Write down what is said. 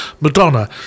Madonna